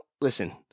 listen